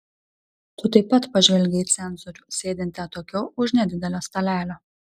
tu taip pat pažvelgei į cenzorių sėdintį atokiau už nedidelio stalelio